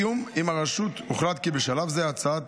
בתיאום עם הרשות הוחלט כי בשלב זה הצעת